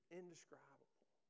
indescribable